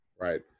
Right